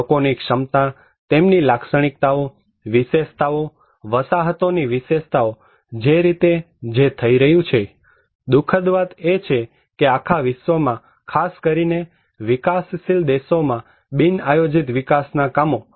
લોકો ની ક્ષમતા તેમની લાક્ષણીકતાઓ વિશેષતાઓ વસાહતો ની વિશેષતાઓ જે રીતે જે થઈ રહ્યું છે દુઃખદ વાત એ છે કે આખા વિશ્વમાં ખાસ કરીને વિકાસશીલ દેશોમાં બિન આયોજીત વિકાસ ના કામો